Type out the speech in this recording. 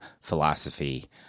philosophy